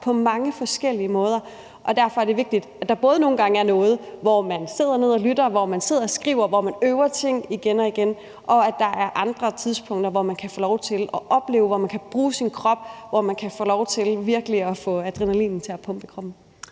på mange forskellige måder, og derfor er det vigtigt, at der nogle gange er noget, hvor man sidder ned og lytter, hvor man sidder og skriver, og hvor man øver ting igen og igen, og at der er andre tidspunkter, hvor man kan få lov til at opleve noget, hvor man kan bruge sin krop, og hvor man kan få lov til virkelig at få adrenalinen til at pumpe i kroppen.